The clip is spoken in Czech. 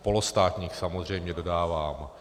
Polostátních samozřejmě, dodávám.